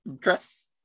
dress